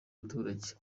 abaturage